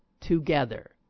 together